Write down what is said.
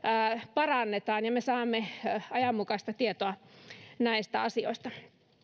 parannetaan ja me saamme ajanmukaista tietoa näistä asioista